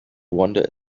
wander